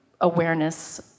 awareness